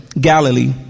Galilee